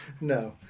no